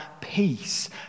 peace